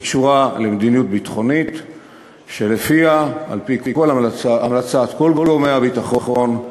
היא קשורה למדיניות ביטחונית שלפיה על-פי המלצת כל גורמי הביטחון,